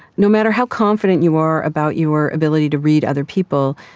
no matter how confident you are about your ability to read other people,